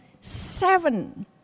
seven